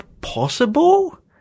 possible